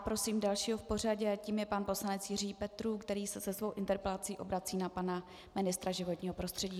Prosím dalšího v pořadí, je jím pan poslanec Jiří Petrů, který se svou interpelací obrací na pana ministra životního prostředí.